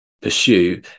pursue